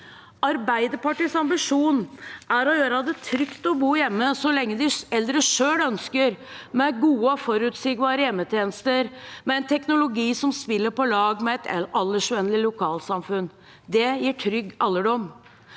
Arbeiderpartiets ambisjon er å gjøre det trygt å bo hjemme så lenge de eldre selv ønsker det, med gode og forutsigbare hjemmetjenester og med en teknologi som spiller på lag med et aldersvennlig lokalsamfunn. Det gir trygg alderdom.